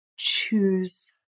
choose